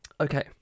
Okay